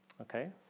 Okay